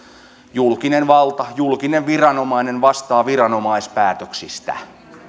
julkinen valta julkinen viranomainen vastaa viranomaispäätöksistä